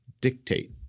dictate